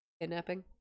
Kidnapping